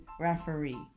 Referee